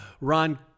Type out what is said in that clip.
Ron